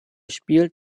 spielt